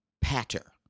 patter